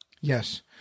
Yes